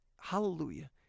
Hallelujah